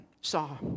saw